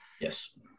Yes